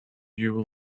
you